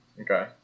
okay